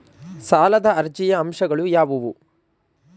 ಸಾಲದ ಅರ್ಜಿಯ ಅಂಶಗಳು ಯಾವುವು?